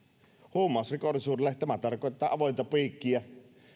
huumausainerikollisuudelle tämä tarkoittaa avointa piikkiä